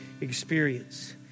experience